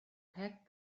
packed